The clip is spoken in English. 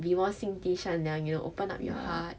be more 心地善良 you know open up your heart